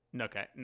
Okay